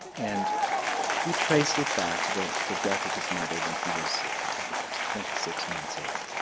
and we traced it back to the the death of his mother when he was i think about twenty six months old.